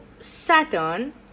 Saturn